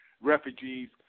Refugees